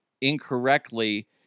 incorrectly